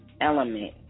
element